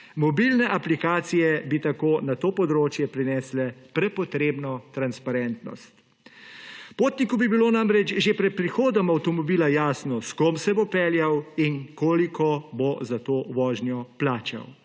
Mobilne aplikacije bi tako na to področje prinesle prepotrebno transparentnost. Potniku bi bilo namreč že pred prihodom avtomobila jasno s kom se bo peljal in koliko bo za to vožnjo plačal.